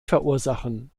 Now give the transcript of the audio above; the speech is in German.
verursachen